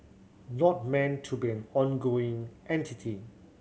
not meant to be an ongoing entity